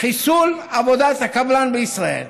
חיסול עבודת הקבלן בישראל.